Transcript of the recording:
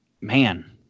man